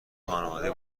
خونواده